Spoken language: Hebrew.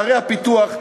בערי הפיתוח,